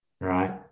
right